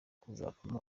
kuzavamo